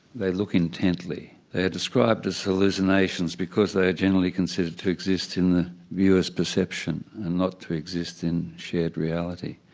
they look intently they are described as hallucinations because they are generally considered to exist in the viewer's perception and not to exist in shared reality.